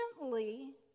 gently